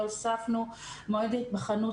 והוספנו מועד הבחנות